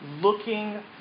looking